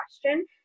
question